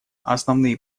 основные